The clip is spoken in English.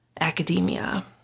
academia